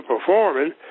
performing